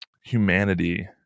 humanity